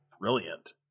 brilliant